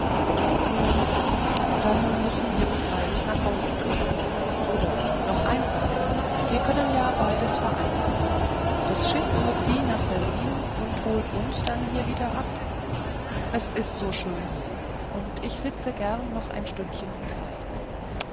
nun dann müssen wir sie freilich nach hause bringen oder noch einfacher wir können ja beides vereinigen das schiff führt sie nach berlin und holt uns dann wieder hier ab es ist so schön hier und ich sitze sehr gern noch ein stündchen im freien